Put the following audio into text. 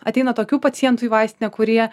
ateina tokių pacientų į vaistinę kurie